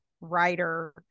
writer